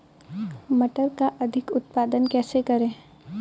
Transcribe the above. मटर का अधिक उत्पादन कैसे करें?